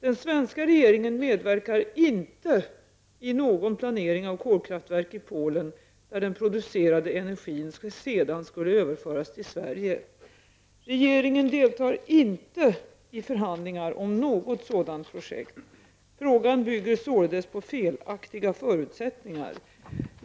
Den svenska regeringen medverkar inte i någon planering av kolkraftverk i Polen där den producerade energin sedan skulle överföras till Sverige. Regeringen deltar inte i förhandlingar om något sådant projekt. Frågan bygger således på felaktiga förutsättningar.